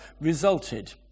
resulted